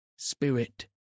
Spirit